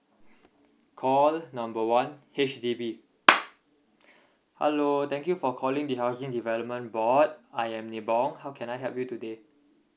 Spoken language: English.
call number one H_D_B hello thank you for calling the housing development board I am li bong how can I help you today